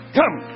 come